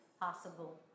possible